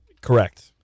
Correct